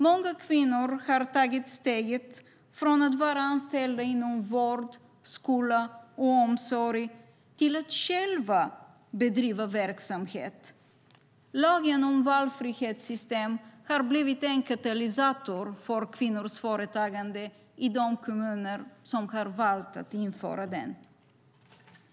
Många kvinnor har tagit steget från att vara anställda inom vård, skola och omsorg till att själva bedriva verksamhet. Lagen om valfrihetssystem har blivit en katalysator för kvinnors företagande i de kommuner som valt att införa den.